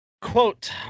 Quote